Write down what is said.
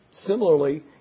Similarly